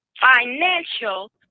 financial